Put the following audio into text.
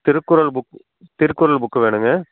Thirukkural book Thirukkural book வேணுங்க